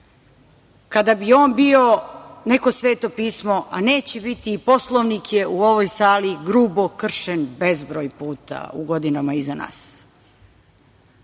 kada bi on bio neko Sveto pismo, a neće biti, i Poslovnik je u ovoj sali grubo kršen bezbroj puta u godinama iza nas.